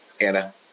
Anna